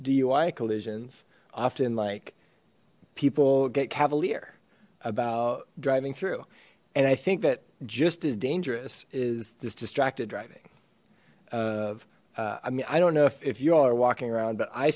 dui collisions often like people get cavalier about driving through and i think that just as dangerous is this distracted driving of i mean i don't know if you all are walking around but i